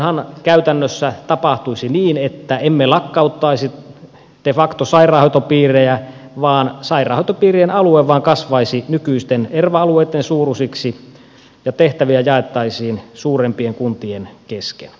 silloinhan käytännössä tapahtuisi niin että emme lakkauttaisi de facto sairaanhoitopiirejä vaan sairaanhoitopiirien alue vain kasvaisi nykyisten erva alueiden suuruiseksi ja tehtäviä jaettaisiin suurempien kuntien kesken